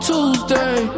Tuesday